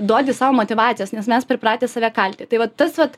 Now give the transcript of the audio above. duodi sau motyvacijos nes mes pripratę save kalti tai vat tas vat